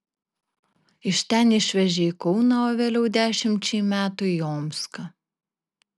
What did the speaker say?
iš ten išvežė į kauną o vėliau dešimčiai metų į omską